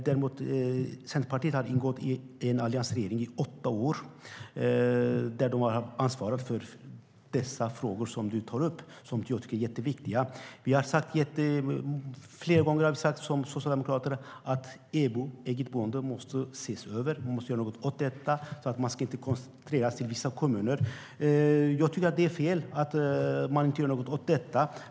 Däremot har Centerpartiet ingått i alliansregeringen under åtta år, och där hade de ansvaret för de frågor som du tar upp, Johanna Jönsson, och som jag tycker är jätteviktiga. Jag tycker att det är fel att man inte gör något åt detta.